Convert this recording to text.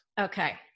Okay